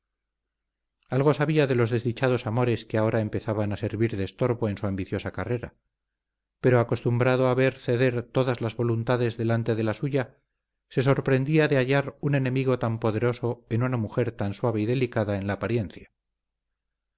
algo sabía de los desdichados amores que ahora empezaban a servir de estorbo en su ambiciosa carrera pero acostumbrado a ver ceder todas las voluntades delante de la suya se sorprendía de hallar un enemigo tan poderoso en una mujer tan suave y delicada en la apariencia